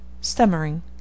Stammering